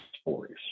stories